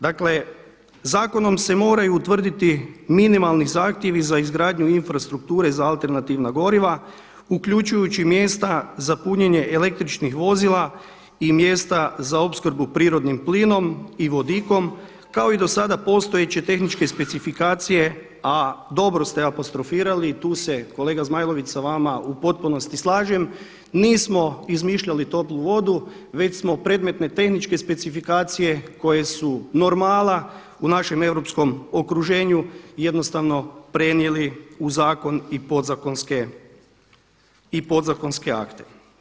Dakle, zakonom se moraju utvrditi minimalni zahtjevi za izgradnju infrastrukture za alternativna goriva uključujući i mjesta za punjenje električnih vozila i mjesta za opskrbu prirodnim plinom i vodikom kao i do sada postojeće tehničke specifikacije a dobro ste apostrofirali i tu se kolega Zmajlović sa vama u potpunosti slažem, nismo izmišljali toplu vodu već smo predmetne tehničke specifikacije koje su normala u našem europskom okruženju jednostavno prenijeli u zakon i podzakonske akte.